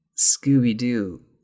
Scooby-Doo